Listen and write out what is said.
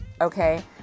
okay